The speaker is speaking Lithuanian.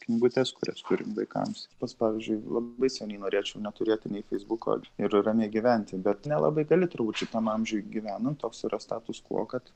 knygutes kurias turim vaikams pats pavyzdžiui labai seniai norėčiau neturėti nei feisbuko ir ramiai gyventi bet nelabai gali turbūt šitam amžiuje gyvenant toks yra status kvuo kad